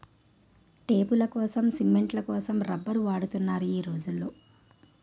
టేపులకోసం, సిమెంట్ల కోసం రబ్బర్లు వాడుతున్నారు ఈ రోజుల్లో